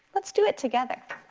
let's do it together.